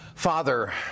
Father